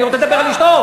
אני רוצה לדבר על אשתו.